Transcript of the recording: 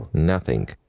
nothing.